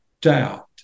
doubt